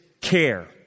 care